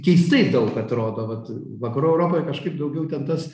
keistai daug atrodo vat vakarų europoje kažkaip daugiau ten tas